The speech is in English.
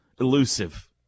elusive